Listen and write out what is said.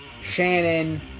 Shannon